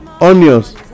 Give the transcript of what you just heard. onions